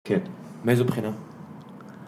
כן, מאיזו בחינה?